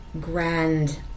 grand